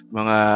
mga